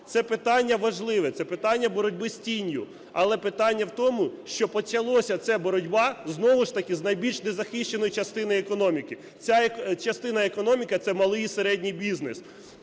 Це питання важливе, це питання боротьби з тінню. Але питання в тому, що почалася ця боротьба знову ж таки з найбільш незахищеної частини економіки. Ця частина економіки – це малий і середній бізнес.